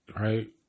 right